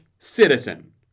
citizen